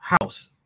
house